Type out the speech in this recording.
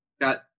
got